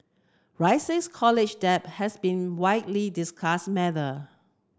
rising college debt has been widely discuss matter